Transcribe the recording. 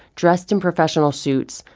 dressed in professional suits,